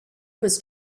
was